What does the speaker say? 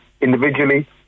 individually